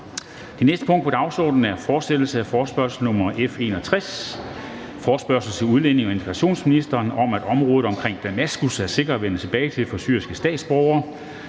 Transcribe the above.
Det næste punkt på dagsordenen er: 2) Fortsættelse af forespørgsel nr. F 61 [afstemning]: Forespørgsel til udlændinge- og integrationsministeren om, at området omkring Damaskus er sikkert at vende tilbage til for syriske statsborgere.